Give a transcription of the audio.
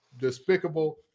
Despicable